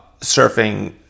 surfing